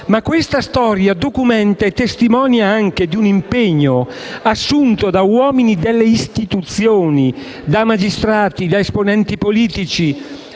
Ma questa storia documenta e testimonia anche di un impegno assunto da uomini delle istituzioni, magistrati, esponenti politici,